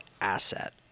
asset